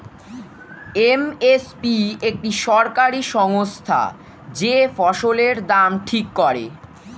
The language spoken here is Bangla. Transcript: এম এস পি একটি সরকারি সংস্থা যে ফসলের দাম ঠিক করে